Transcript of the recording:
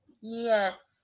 Yes